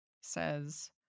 says